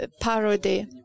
Parody